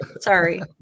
Sorry